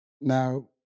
Now